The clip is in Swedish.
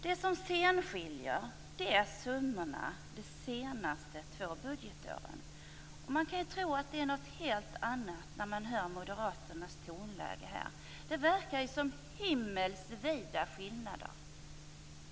Vad som skiljer är summorna under de senaste två budgetåren. Man kan dock tro att det rör sig om något helt annat när man hör Moderaternas tonläge här. Det verkar ju vara fråga om himmelsvida skillnader.